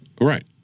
Right